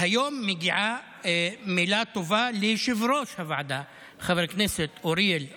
והיום מגיעה מילה טובה ליושב-ראש הוועדה חבר הכנסת אוריאל בוסו,